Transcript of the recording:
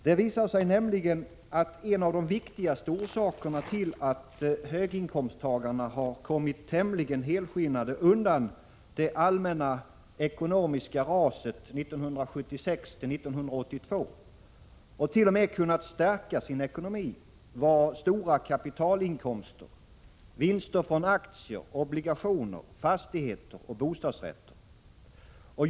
Det visar sig nämligen, att en av de viktigaste orsakerna till att höginkomsttagarna har kommit tämligen helskinnade undan det allmänna ekonomiska raset 1976—1982 och t.o.m. kunnat stärka sin ekonomi var stora kapitalinkomster, vinster från aktier, obligationer, fastigheter och bostadsrätter.